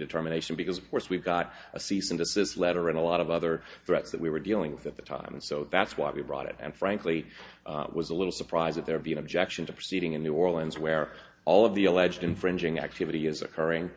determination because of course we've got a cease and desist letter and a lot of other threats that we were dealing with at the time and so that's why we brought it and frankly it was a little surprise that there be an objection to proceeding in new orleans where all of the alleged infringing activity is occurring